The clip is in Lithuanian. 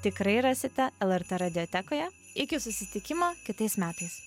tikrai rasite lrt radiotekoje iki susitikimo kitais metais